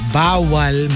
bawal